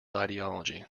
ideology